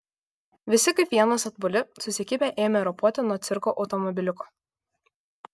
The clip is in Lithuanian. visi kaip vienas atbuli susikibę ėmė ropoti nuo cirko automobiliuko